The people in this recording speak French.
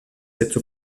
cette